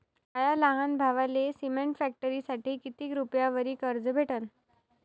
माया लहान भावाले सिमेंट फॅक्टरीसाठी कितीक रुपयावरी कर्ज भेटनं?